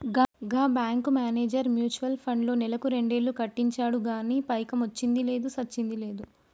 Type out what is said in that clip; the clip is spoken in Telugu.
గా బ్యేంకు మేనేజర్ మ్యూచువల్ ఫండ్లో నెలకు రెండేలు కట్టించిండు గానీ పైకమొచ్చ్చింది లేదు, సచ్చింది లేదు